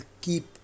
keep